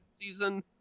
season